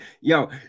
Yo